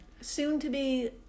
soon-to-be